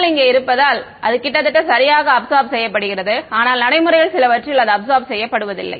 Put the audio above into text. PML இங்கே இருப்பதால் அது கிட்டத்தட்ட சரியாக அப்சார்ப் செய்யப்படுகிறது ஆனால் நடைமுறையில் சிலவற்றில் அது அப்சார்ப் செய்யப்படுவதில்லை